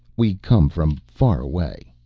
we come from far away.